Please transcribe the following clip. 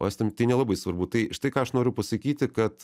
o estam tai nelabai svarbu tai štai ką aš noriu pasakyti kad